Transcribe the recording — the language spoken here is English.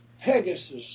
Pegasus